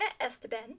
Esteban